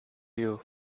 you